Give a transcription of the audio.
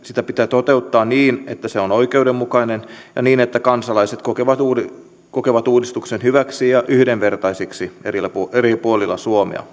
toteuttaa niin että se on oikeudenmukainen ja niin että kansalaiset kokevat uudistuksen hyväksi ja yhdenvertaiseksi eri puolilla suomea